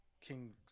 King